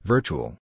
Virtual